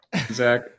Zach